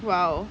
!wow!